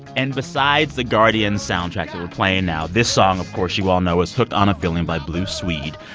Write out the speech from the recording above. and besides the guardians soundtrack that and we're playing now this song, of course, you all know is hooked on a feeling by blue swede.